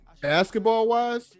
Basketball-wise